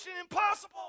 Impossible